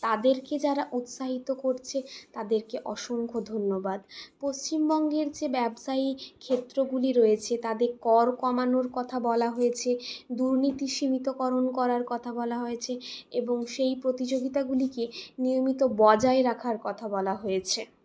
তাদেরকে যারা উৎসাহিত করছে তাদেরকে অসংখ্য ধন্যবাদ পশ্চিমবঙ্গের যে ব্যবসায়ী ক্ষেত্রগুলি রয়েছে তাদের কর কমানোর কথা বলা হয়েছে দুর্নীতি সীমিতকরণ করার কথা বলা হয়েছে এবং সেই প্রতিযোগিতাগুলিকে নিয়মিত বজায় রাখার কথা বলা হয়েছে